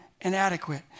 inadequate